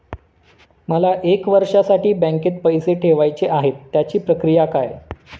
मला एक वर्षासाठी बँकेत पैसे ठेवायचे आहेत त्याची प्रक्रिया काय?